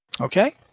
Okay